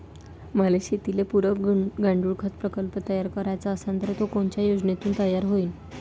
मले शेतीले पुरक गांडूळखत प्रकल्प तयार करायचा असन तर तो कोनच्या योजनेतून तयार होईन?